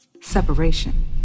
Separation